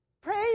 Praise